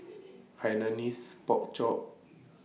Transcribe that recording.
Hainanese Pork Chop